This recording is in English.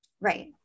right